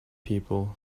people